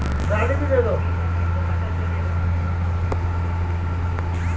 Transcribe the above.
Credit card पर loan लेला से का का करे क होइ?